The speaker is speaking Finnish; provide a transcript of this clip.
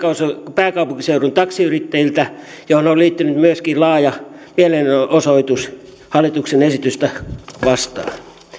pääkaupunkiseudun taksiyrittäjiltä viestin johon on liittynyt myöskin laaja mielenosoitus hallituksen esitystä vastaan